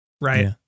right